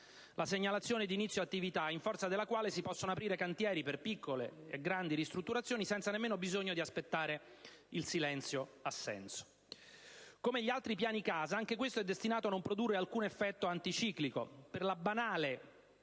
la segnalazione certificata di inizio attività, in forza della quale si possono aprire cantieri per piccole e grandi ristrutturazioni senza neppure aspettare che scadano i termini del silenzio assenso. Come gli altri piani casa, anche questo è destinato a non produrre alcun effetto anticiclico,